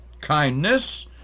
kindness